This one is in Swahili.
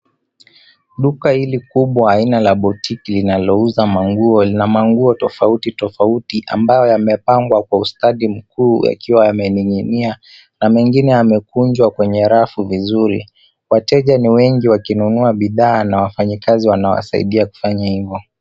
Duka hili kubwa aina la boutique linalouza manguo. Lina manguo tofauti tofauti ambayo yamepangwa kwa ustadi mkuu yakiwa yamening'inia na mengine yamekunjwa kwenye rafu vizuri. Wateja ni wengi wakinunua bidhaa na wafanyikazi wanawasaidia kufanya ivo.